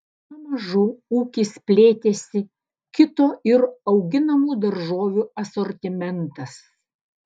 pamažu ūkis plėtėsi kito ir auginamų daržovių asortimentas